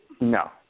No